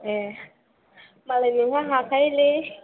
ए मालाय नोंहा हाखायोलै